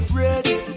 ready